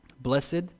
blessed